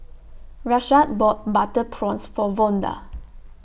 Rashad bought Butter Prawns For Vonda